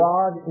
God